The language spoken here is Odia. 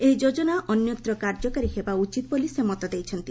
ଏହି ଯୋଜନା ଅନ୍ୟତ୍ର କାର୍ଯ୍ୟକାରୀ ହେବା ଉଚିତ ବୋଲି ସେ ମତ ଦେଇଛନ୍ତି